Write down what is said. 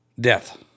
Death